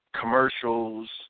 commercials